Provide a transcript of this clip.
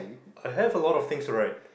I have a lot of things to write